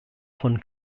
von